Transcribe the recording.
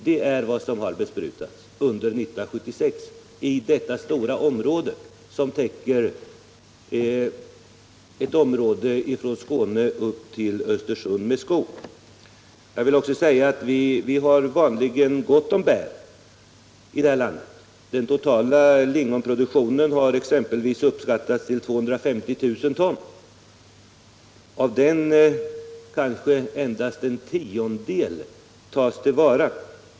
Detta är allt som besprutats under 1976 av detta stora område jag angav. Vi har vanligen gott om bär i landet. Den totala lingonproduktionen har exempelvis uppskattats till 250 000 ton. Av denna mängd tas kanske endast en tiondedel till vara.